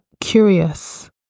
curious